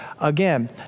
again